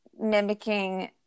mimicking